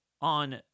on